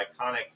iconic